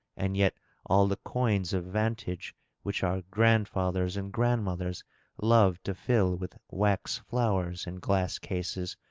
and yet all the coignes of vantage which our grandfathers and grandmothers loved to fill with wax flowers in glass cases,